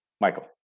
Michael